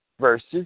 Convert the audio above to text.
versus